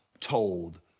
told